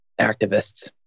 activists